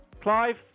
Clive